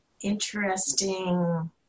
interesting